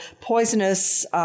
poisonous